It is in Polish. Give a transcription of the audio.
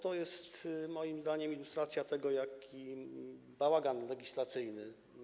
To jest, moim zdaniem, ilustracja tego, jaki mamy bałagan legislacyjny.